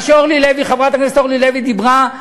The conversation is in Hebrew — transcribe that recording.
מה שחברת הכנסת אורלי לוי דיברה,